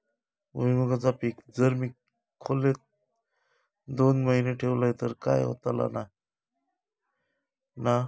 भुईमूगाचा पीक जर मी खोलेत दोन महिने ठेवलंय तर काय होतला नाय ना?